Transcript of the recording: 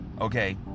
okay